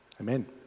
Amen